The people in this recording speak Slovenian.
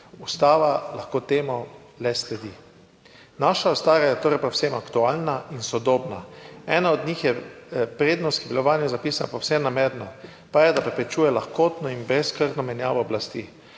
Ustava lahko temu le sledi. Naša ustava je torej povsem aktualna in sodobna. Ena od njih je prednost, ki je bila v vanjo zapisana povsem namerno, pa je, da preprečuje lahkotno in brezskrbno menjavo oblasti.